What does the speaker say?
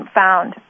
found